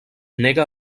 nega